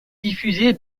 diffusée